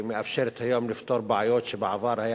שמאפשרת היום לפתור בעיות שבעבר היה